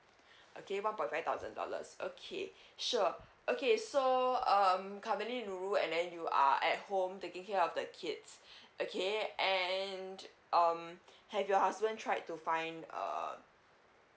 okay one point five thousand dollars okay sure okay so um currently nurul and then you are at home taking care of the kids okay and um have your husband tried to find uh